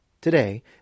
Today